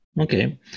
Okay